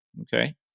okay